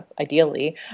ideally